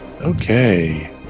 okay